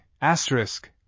Asterisk